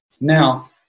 Now